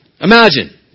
Imagine